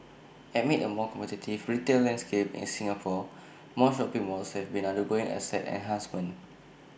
amid A more competitive retail landscape in Singapore more shopping malls have been undergoing asset enhancements